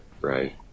right